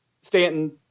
Stanton